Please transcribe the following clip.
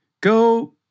go